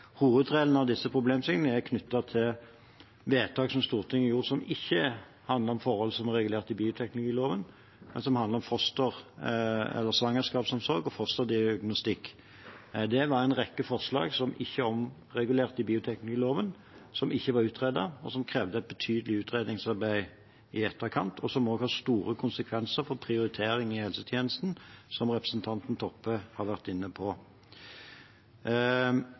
av disse problemstillingene er knyttet til vedtak Stortinget gjorde som ikke handler om forhold som er regulert i bioteknologiloven, men som handler om svangerskapsomsorg og fosterdiagnostikk. Det var en rekke forslag som ikke er omregulert i bioteknologiloven, som ikke var utredet, som krevde et betydelig utredningsarbeid i etterkant, og som også har store konsekvenser for prioritering i helsetjenesten, noe representanten Toppe har vært inne på.